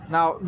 Now